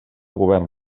govern